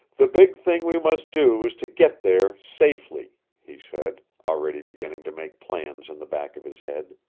the big thing we must do is to get there safely, he said, already beginning to make plans in the back of his head.